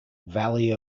valley